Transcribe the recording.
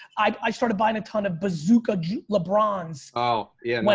i started buying a ton of bazooka lebron's. oh yeah